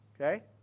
Okay